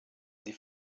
sie